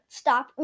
stop